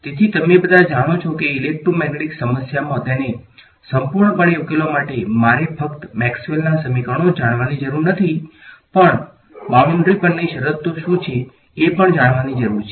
તેથી તમે બધા જાણો છો કે ઇલેક્ટ્રોમેગ્નેટિક્સ સમસ્યામાં તેને સંપૂર્ણપણે ઉકેલવા માટે મારે ફકત મેક્સવેલના સમીકરણો જ જાણવાની જરૂર નથી પણ સીમા પરની શરતો શું છે એ પણ જાણવાની જરુર છે